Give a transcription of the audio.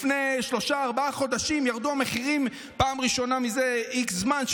לפני שלושה-ארבעה חודשים ירדו המחירים של הדיור בפעם הראשונה מזה x זמן,